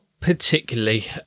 particularly